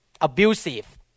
abusive